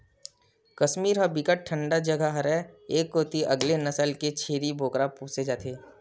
कस्मीर ह बिकट ठंडा जघा हरय ए कोती अलगे नसल के छेरी बोकरा पोसे जाथे